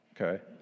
Okay